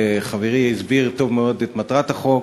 חברי הסביר טוב מאוד את מטרת החוק.